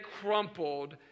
crumpled